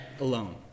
alone